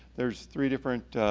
there's three different